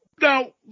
Now